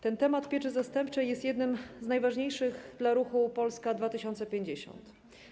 Temat pieczy zastępczej jest jednym z tematów najważniejszych dla ruchu Polska 2050.